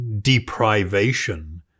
deprivation